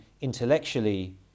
intellectually